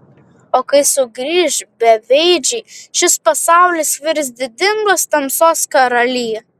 o kai sugrįš beveidžiai šis pasaulis virs didingos tamsos karalija